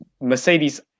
Mercedes